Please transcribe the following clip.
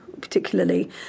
particularly